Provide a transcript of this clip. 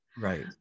Right